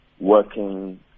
working